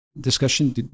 discussion